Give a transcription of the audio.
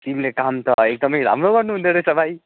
तिमीले काम त एकदमै राम्रो गर्नु हुँदोरहेछ भाइ